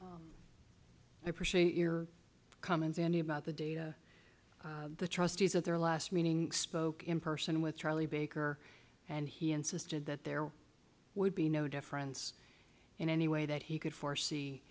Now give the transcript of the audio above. i appreciate your comments andy about the data the trustees at their last meeting spoke in person with charlie baker and he insisted that there would be no difference in any way that he could foresee